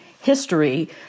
history